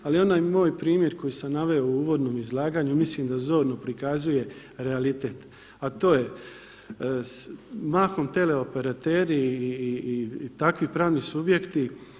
Ali onaj moj primjer koji sam naveo u uvodnom izlaganju mislim da zorno prikazuje realitet a to je mahom teleoperateri i takvi pravni subjekti.